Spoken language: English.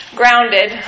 grounded